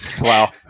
wow